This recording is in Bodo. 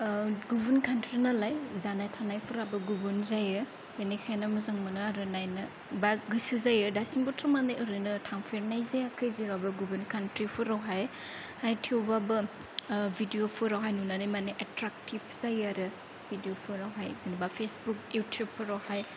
गुबुन कान्ट्रि नालाय जानाय थानायफोराबो गुबुन जायो बेनिखायनो मोजां मोनो आरो नायनो बा गोसो जायो दासिमबोथ' माने ओरैनो थांफेरनाय जायाखै जेरावबो गुबुन कान्ट्रिफोरावहाय थेवब्लाबो भिडिय'फोरावहाय नुनानै माने एट्रेक्टिभ जायो आरो भिडिय'फोरावहाय जेनेबा फेसबुक इउटुबफोरावहाय